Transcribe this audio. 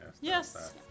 Yes